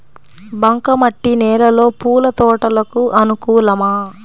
బంక మట్టి నేలలో పూల తోటలకు అనుకూలమా?